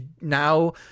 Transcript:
now